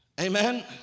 Amen